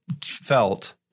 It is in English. felt